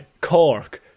Cork